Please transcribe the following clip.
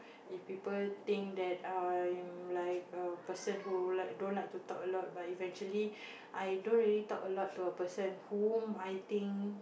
if people think that I'm like a person who like don't like to talk a lot but eventually i don't really talk a lot to a person whom I think